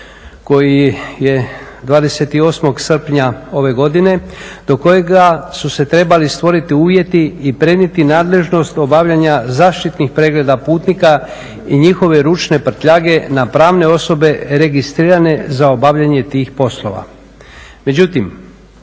28. srpnja ove godine do kojega su se trebali stvoriti uvjeti i prenijeti nadležnost obavljanja zaštitnih pregleda putnika i njihove ručne prtljage na pravne osobe registrirane za obavljanje tih poslova.